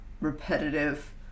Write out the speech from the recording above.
repetitive